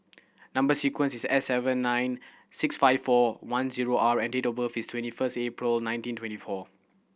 number sequence is S seven nine six five four one zero R and date of birth is twenty first April nineteen twenty four